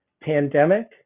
pandemic